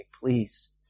please